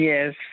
Yes